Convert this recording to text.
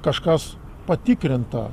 kažkas patikrintą